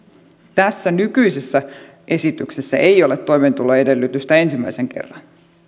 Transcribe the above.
tässä nykyisessä esityksessä ei ole toimeentuloedellytystä ensimmäisen kerran